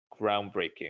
groundbreaking